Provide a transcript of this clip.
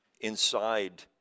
inside